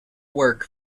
work